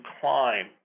climb